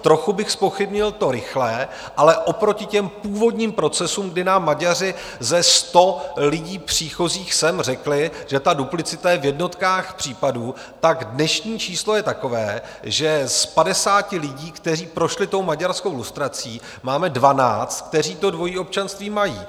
Trochu bych zpochybnil to rychlé, ale oproti těm původním procesům, kdy nám Maďaři ze sto lidí příchozích sem řekli, že duplicita je v jednotkách případů, tak dnešní číslo je takové, že z padesáti lidí, kteří prošli maďarskou lustrací, máme dvanáct, kteří dvojí občanství mají.